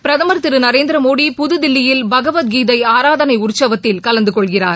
பிரதமா் திரு நரேந்திரமோடி புதுதில்லியில் பகவத் கீதை ஆராதனை உத்சவத்தில் கலந்து கொள்கிறார்